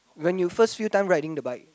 when you first few time riding the bike